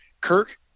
Kirk